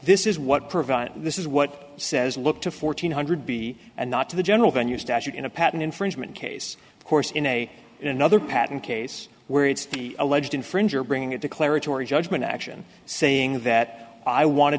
this is what provides this is what says look to fourteen hundred b and not to the general venue statute in a patent infringement case of course in a in another patent case where it's the alleged infringer bringing it declaratory judgment action saying that i want